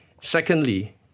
Secondly